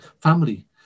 family